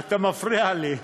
אתה מפריע לי.